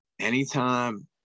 anytime